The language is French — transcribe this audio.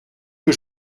que